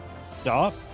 Stop